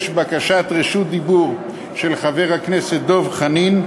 יש בקשת רשות דיבור של חבר הכנסת דב חנין,